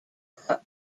cook